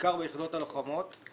בעיקר ביחידות הלוחמות.